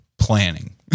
planning